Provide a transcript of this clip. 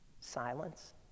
silence